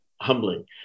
humbling